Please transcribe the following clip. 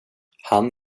han